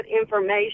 information